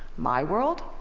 my world,